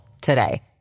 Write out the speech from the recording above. today